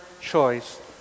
choice